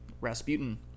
Rasputin